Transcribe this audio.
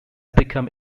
become